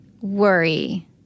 worry